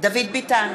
דוד ביטן,